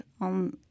on